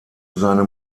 seine